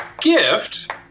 gift